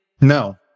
No